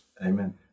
Amen